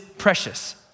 precious